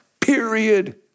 Period